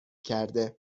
کرده